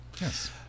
Yes